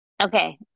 Okay